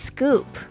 Scoop